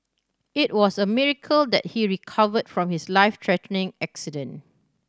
it was a miracle that he recovered from his life threatening accident